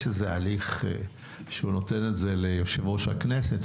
יש הליך שנותן את זה ליושב-ראש הכנסת,